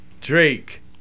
Drake